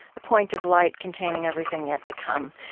a point of light containing everything yet to come.